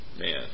man